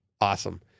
Awesome